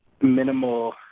minimal